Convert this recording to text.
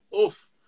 Oof